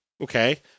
Okay